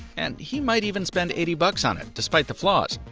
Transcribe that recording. and he might even spend eighty bucks on it, despite the flaws.